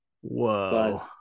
whoa